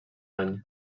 any